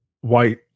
white